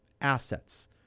Assets